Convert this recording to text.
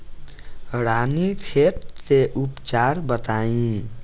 रानीखेत के उपचार बताई?